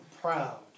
proud